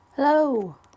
Hello